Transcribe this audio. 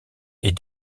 est